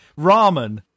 ramen